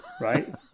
Right